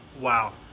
wow